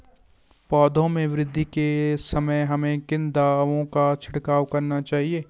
पौधों में वृद्धि के समय हमें किन दावों का छिड़काव करना चाहिए?